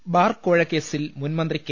M ബാർകോഴ കേസിൽ മുൻമന്ത്രി കെ